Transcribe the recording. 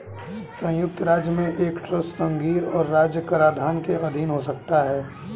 संयुक्त राज्य में एक ट्रस्ट संघीय और राज्य कराधान के अधीन हो सकता है